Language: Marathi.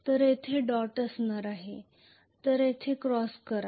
तर येथे डॉट असणार आहे तर येथे क्रॉस करा